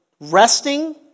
resting